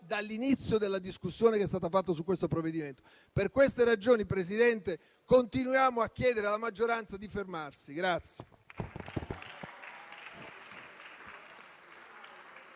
dall'inizio della discussione che si è svolta su questo provvedimento. Per queste ragioni, Presidente, continuiamo a chiedere alla maggioranza di fermarsi.